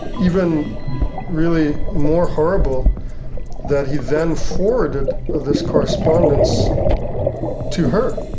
even really more horrible that he then forwarded ah this correspondence to her.